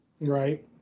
Right